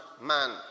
man